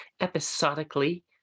episodically